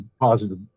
positive